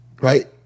right